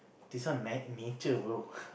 this one na~ nature bro